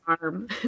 arm